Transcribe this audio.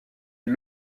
est